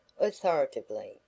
authoritatively